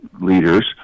leaders